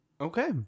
Okay